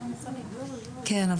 כן,